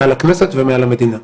מעל הכנסת ומעל המדינה.